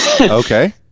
okay